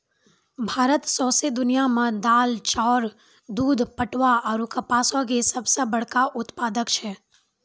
भारत सौंसे दुनिया मे दाल, चाउर, दूध, पटवा आरु कपासो के सभ से बड़का उत्पादक छै